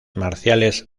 marciales